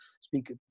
speak